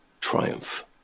triumph